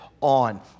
on